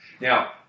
Now